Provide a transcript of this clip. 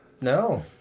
No